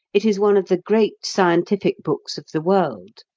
it is one of the great scientific books of the world.